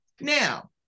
now